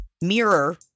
mirror